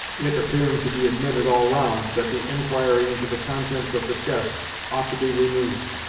it appearing to be admitted all round that the enquiry into the contents of the chest ought to be renewed,